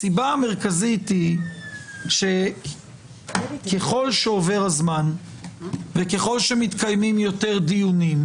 הסיבה המרכזית היא שככל שעובר הזמן וככל שמתקיימים יותר דיונים,